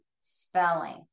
spelling